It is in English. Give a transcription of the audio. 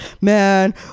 man